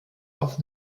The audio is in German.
auf